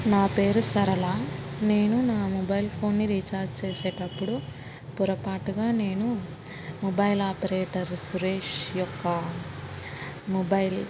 నా పేరు సరళ నేను నా మొబైల్ ఫోన్ని రీఛార్జ్ చేసేటప్పుడు పొరపాటుగా నేను మొబైల్ ఆపరేటర్ సురేష్ యొక్క మొబైల్